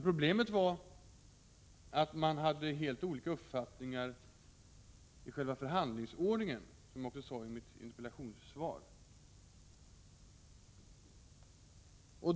Problemet var också att man hade helt olika uppfattning i fråga om själva förhandlingsordningen —som jag även sagt i mitt interpellationssvar.